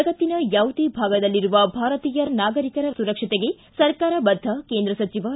ಜಗತ್ತಿನ ಯಾವುದೇ ಭಾಗದಲ್ಲಿರುವ ಭಾರತೀಯ ನಾಗರಿಕರ ಸುರಕ್ಷತೆಗೆ ಸರ್ಕಾರ ಬದ್ದ ಕೇಂದ್ರ ಸಚಿವ ಡಾಕ್ಷರ್ ಎಸ್